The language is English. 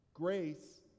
grace